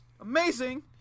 amazing